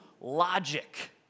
logic